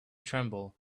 tremble